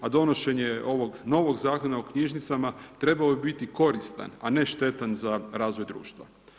A donošenje ovog novog Zakona o knjižnicama trebao bi biti koristan a ne štetan za razvoj društva.